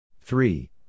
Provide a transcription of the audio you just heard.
three